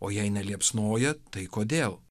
o jei neliepsnoja tai kodėl